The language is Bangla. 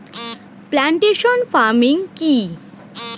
প্লান্টেশন ফার্মিং কি?